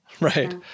Right